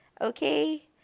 Okay